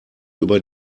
über